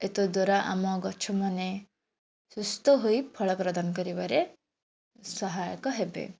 ଏତଦ୍ ଦ୍ଵାରା ଆମ ଗଛମାନେ ସୁସ୍ଥ ହୋଇ ଫଳ ପ୍ରଦାନ କରିବାରେ ସହାୟକ ହେବେ